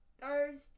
Thursday